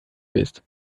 bist